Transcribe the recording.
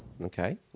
Okay